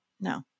No